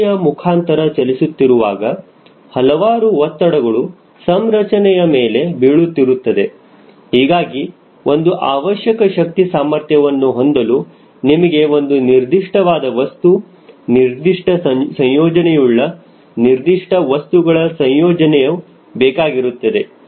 ಗಾಳಿಯ ಮುಖಾಂತರ ಚಲಿಸುತ್ತಿರುವಾಗ ಹಲವಾರು ಒತ್ತಡಗಳು ಸಂರಚನೆಯ ಮೇಲೆ ಬೀಳುತ್ತಿರುತ್ತದೆ ಹೀಗಾಗಿ ಒಂದು ಅವಶ್ಯಕ ಶಕ್ತಿ ಸಾಮರ್ಥ್ಯವನ್ನು ಹೊಂದಲು ನಿಮಗೆ ಒಂದು ನಿರ್ದಿಷ್ಟವಾದ ವಸ್ತು ನಿರ್ದಿಷ್ಟ ಸಂಯೋಜನೆಯುಳ್ಳ ನಿರ್ದಿಷ್ಟ ವಸ್ತುಗಳ ಸಂಯೋಜನೆಯ ಬೇಕಾಗಿರುತ್ತದೆ